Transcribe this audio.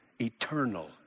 eternal